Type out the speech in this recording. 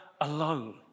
alone